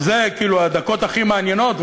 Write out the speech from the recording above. ואלה הדקות הכי מעניינות,